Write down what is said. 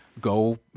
Go